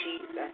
Jesus